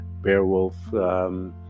Beowulf